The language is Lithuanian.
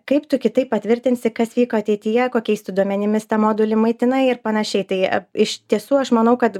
kaip tu kitaip patvirtinsi kas vyko ateityje kokiais duomenimis tą modelį maitinai ir panašiai tai iš tiesų aš manau kad